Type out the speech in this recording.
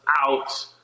out